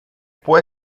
può